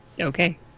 okay